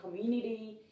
community